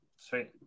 Sweet